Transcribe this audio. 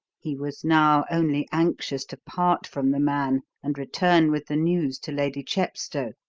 he was now only anxious to part from the man and return with the news to lady chepstow,